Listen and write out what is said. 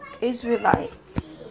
Israelites